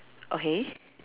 okay